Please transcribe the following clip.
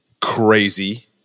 crazy